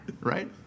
right